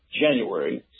January